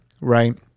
right